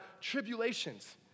tribulations